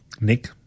Nick